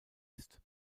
ist